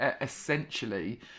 essentially